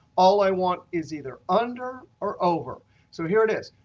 all i want is either under or over. so here it is,